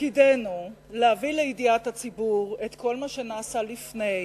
ותפקידנו להביא לידיעת הציבור את כל מה שנעשה לפני,